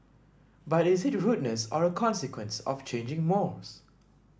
but is it rudeness or a consequence of changing mores